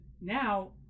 now